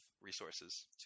resources